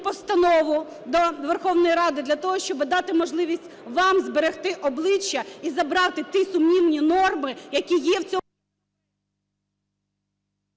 постанову до Верховної Ради для того, щоб дати можливість вам зберегти обличчя і забрати ті сумнівні норми, які є в цьому…